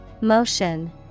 Motion